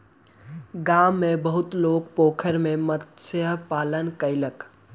गाम में बहुत लोक अपन पोखैर में मत्स्य पालन कयलक